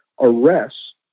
arrests